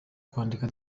kwandika